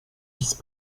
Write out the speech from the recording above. vice